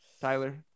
Tyler